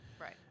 Right